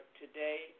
today